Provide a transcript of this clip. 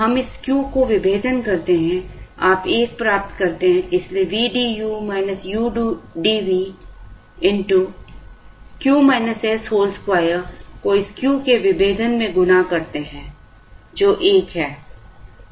हम इस Q को विभेदन करते हैं आप 1 प्राप्त करते हैं इसलिए vdu udv 2 को इस Q के विभेदन में गुना करते हैं जो 1 है